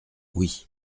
oui